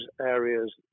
areas